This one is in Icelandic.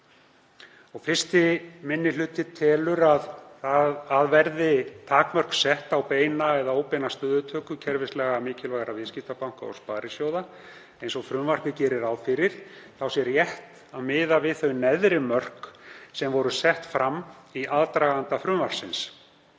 Fyrsti minni hluti telur að verði takmörk sett á beina eða óbeina stöðutöku kerfislega mikilvægra viðskiptabanka og sparisjóða, eins og frumvarpið gerir ráð fyrir, sé rétt að miða við þau neðri mörk sem voru sett fram í aðdraganda frumvarpsins.